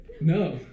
No